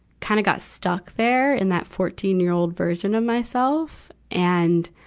kind of got stuck there in that fourteen year old version of myself. and,